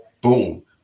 boom